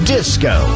Disco